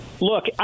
Look